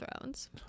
thrones